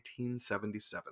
1977